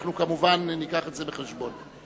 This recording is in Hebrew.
אנו כמובן ניקח את זה בחשבון.